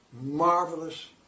Marvelous